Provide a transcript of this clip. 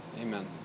amen